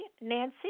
Nancy